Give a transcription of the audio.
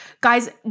guys